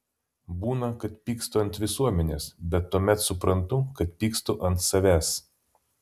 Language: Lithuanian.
būna kad pykstu ant visuomenės bet tuomet suprantu kad pykstu ant savęs